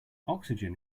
oxygen